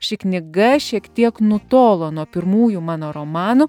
ši knyga šiek tiek nutolo nuo pirmųjų mano romanų